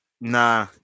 nah